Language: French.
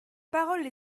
parole